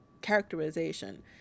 characterization